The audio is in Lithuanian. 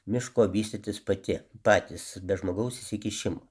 miško vystytis pati patys be žmogaus įsikišimo